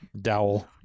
dowel